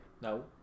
No